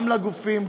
גם לגופים,